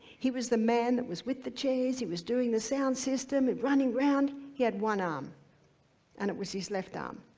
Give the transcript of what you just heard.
he was the man that was with the he was doing the sound system, and running around, he had one arm and it was his left arm,